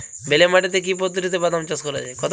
বেলে মাটিতে কি পদ্ধতিতে বাদাম চাষ করা যায়?